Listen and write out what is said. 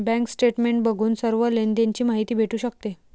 bank statement बघून सर्व लेनदेण ची माहिती भेटू शकते